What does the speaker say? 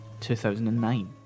2009